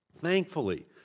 Thankfully